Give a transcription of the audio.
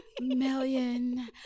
million